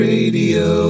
Radio